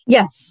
Yes